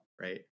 right